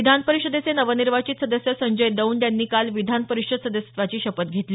विधान परिषदेचे नवनिर्वाचित सदस्य संजय दौंड यांनी काल विधान परिषद सदस्यत्वाची शपथ घेतली